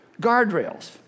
guardrails